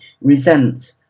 resent